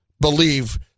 believe